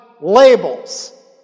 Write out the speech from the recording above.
labels